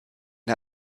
der